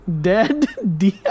Dead